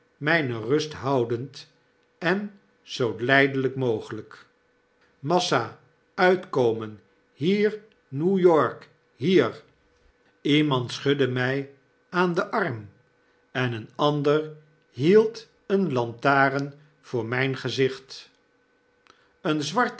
mijne rust houdend en zoo lydelyk mogelyk massa uitkomen hier n e w-t o r k hier lemand schudde my aan den arm en een ander hield eene lantaren voor myn gezicht een